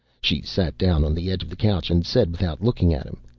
she sat down on the edge of the couch and said without looking at him,